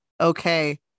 okay